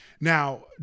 Now